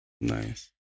Nice